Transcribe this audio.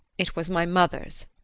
it was my mother's.